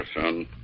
son